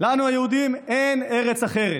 לנו היהודים אין ארץ אחרת.